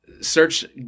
search